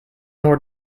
nor